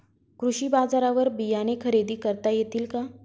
कृषी बाजारवर बियाणे खरेदी करता येतील का?